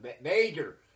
major